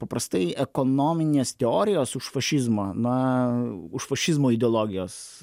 paprastai ekonominės teorijos už fašizmą na už fašizmo ideologijas